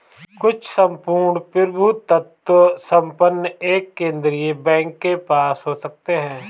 कुछ सम्पूर्ण प्रभुत्व संपन्न एक केंद्रीय बैंक के पास हो सकते हैं